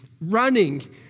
running